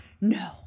No